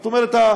זאת אומרת,